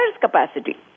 capacity